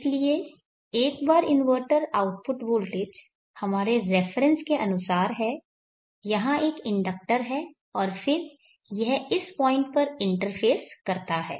इसलिए एक बार इन्वर्टर आउटपुट वोल्टेज हमारे रेफरेंस के अनुसार है यहाँ एक इंडक्टर है और फिर यह इस पॉइंट पर इंटरफ़ेस करता है